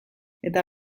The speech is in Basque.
eta